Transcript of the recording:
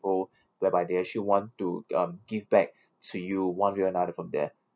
people whereby they actually want to um give back to you one way or another from there